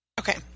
okay